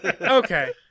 okay